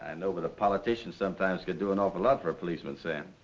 and know, but a politician sometimes can do an awful lot for a policeman, sam.